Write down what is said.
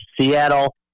Seattle